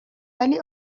ولی